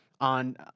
on